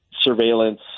surveillance